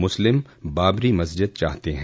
मुस्लिम बाबरी मस्जिद चाहते हैं